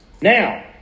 Now